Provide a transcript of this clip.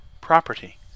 Property